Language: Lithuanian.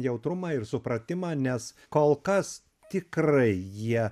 jautrumą ir supratimą nes kol kas tikrai jie